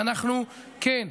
וכן,